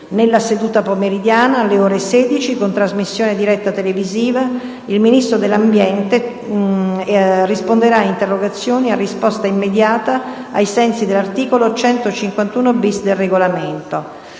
Nella seduta pomeridiana, alle ore 16, con trasmissione diretta televisiva, il Ministro dell'ambiente, tutela del territorio e del mare risponderà a interrogazioni a risposta immediata ai sensi dell'articolo 151-*bis* del Regolamento.